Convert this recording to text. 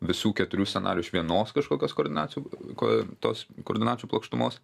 visų keturių scenarijų iš vienos kažkokios koordinacių ko tos koordinačių plokštumos